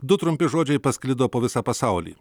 du trumpi žodžiai pasklido po visą pasaulį